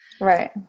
Right